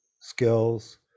skills